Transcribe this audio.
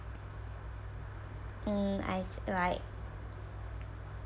mm I like